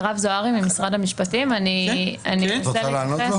ברשותך, אני רוצה להתייחס.